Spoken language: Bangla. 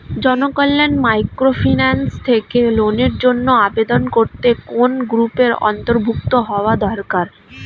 জনকল্যাণ মাইক্রোফিন্যান্স থেকে লোনের জন্য আবেদন করতে কোন গ্রুপের অন্তর্ভুক্ত হওয়া দরকার?